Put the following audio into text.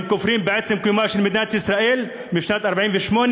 הם כופרים בעצם קיומה של מדינת ישראל משנת 1948,